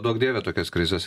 duok dieve tokias krizes